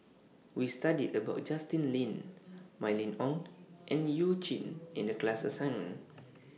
We studied about Justin Lean Mylene Ong and YOU Jin in The class assignment